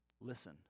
listen